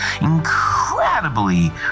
incredibly